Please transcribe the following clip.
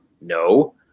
No